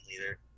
leader